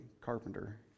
carpenter